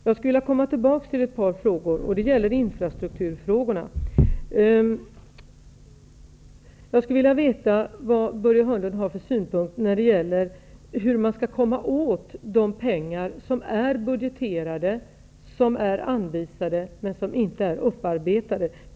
Jag skulle vilja komma tillbaka till bl.a. infrastrukturfrågorna. Vilka synpunkter har Börje Hörnlund när det gäller hur man skall komma åt de pengar som är budgeterade, som är anvisade, men som inte är upparbetade?